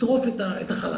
יטרוף את החלש